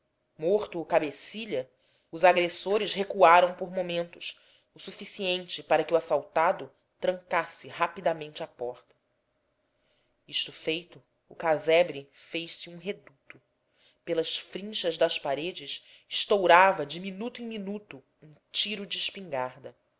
o cabecilha os agressores recuaram por momentos o suficiente para que o assaltado trancasse rapidamente a porta isto feito o casebre fez-se um reduto pelas frinchas das paredes estourava de minuto em minuto um tiro de espingarda